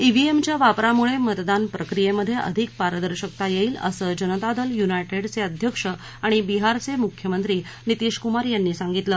ईव्हीएमच्या वापरामुळे मतदान प्रक्रियेमध्ये अधिक पारदर्शकता येईल असं जनता दल युनायटेडचे अध्यक्ष आणि बिहारचे मुख्यमंत्री नितीशकुमार यांनी सांगितलं